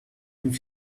and